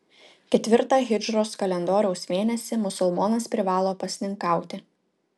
ketvirtą hidžros kalendoriaus mėnesį musulmonas privalo pasninkauti